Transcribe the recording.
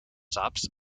stops